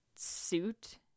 suit